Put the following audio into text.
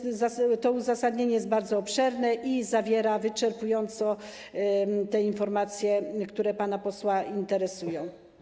To uzasadnienie jest bardzo obszerne i zawiera wyczerpujące te informacje, które pana posła interesują.